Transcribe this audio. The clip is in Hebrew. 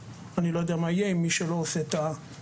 אני לא יודע מה יהיה עם מי שלא עושה את הרביעי.